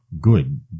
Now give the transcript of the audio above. good